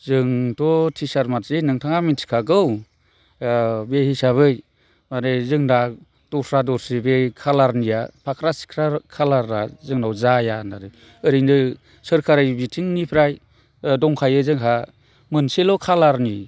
जोंथ' टिचार मानसि नोंथाङा मिथिखागौ बे हिसाबै माने जों दा दस्रा दस्रि बे कालारनिया फाख्रा सिख्रा कालारआ जोंनाव जाया होनदों आरो ओरैनो सोरखारि बिथिंनिफ्राय दंखायो जोंहा मोनसेल' कालारनि